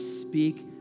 speak